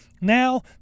now